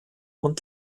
und